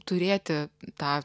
turėti tą